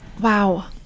wow